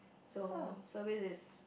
so service is